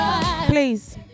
Please